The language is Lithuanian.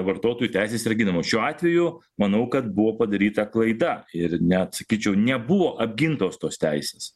vartotojų teisės yra ginamos šiuo atveju manau kad buvo padaryta klaida ir net sakyčiau nebuvo apgintos tos teisės